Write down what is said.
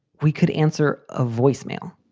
we could answer a voicemail.